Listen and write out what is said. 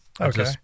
Okay